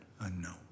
unknown